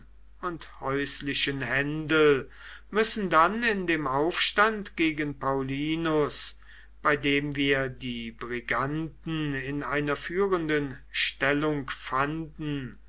und häuslichen händel müssen dann in dem aufstand gegen paullinus bei dem wir die briganten in einer führenden stellung fanden